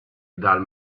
dal